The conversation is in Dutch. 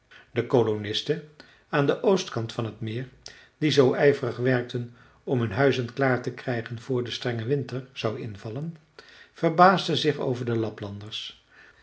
de kolonisten aan den oostkant van t meer die zoo ijverig werkten om hun huizen klaar te krijgen vr de strenge winter zou invallen verbaasden zich over de laplanders